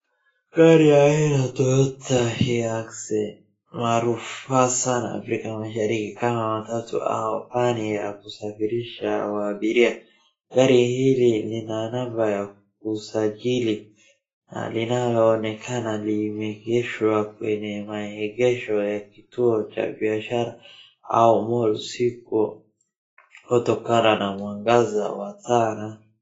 Gari aina ya Toyata Hilux maarufu sana Africa mashariki kama matatu au fulani ya kusafirisha abiria. Gari hili lina namba ya usajili na linaloonekana limegeshwa kwenye maegesho ya kituo cha biashara au malls huko kutokana na mwangaza wa taa.